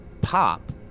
pop